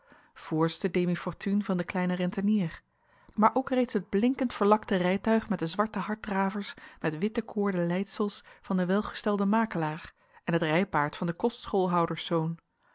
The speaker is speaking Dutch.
de demi fortune van den kleinen rentenier maar ook reeds het blinkend verlakte rijtuig met de zwarte harddravers met witte koorden leidsels van den welgestelden makelaar en het rijpaard van den kostschoolhouderszoon